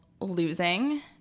losing